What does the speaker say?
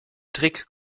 trick